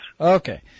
Okay